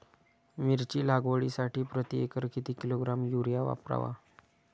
मिरची लागवडीसाठी प्रति एकर किती किलोग्रॅम युरिया वापरावा?